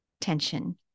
tension